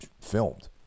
filmed